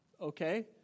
okay